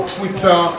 Twitter